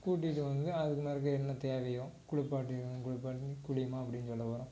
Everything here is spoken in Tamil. கூட்டிட்டு வந்து அதுக்கு மறுக்கா என்ன தேவையோ குளிப்பாட்டி குளிப்பாட்டி குளிம்மா அப்படின்னு சொல்லப் போகிறோம்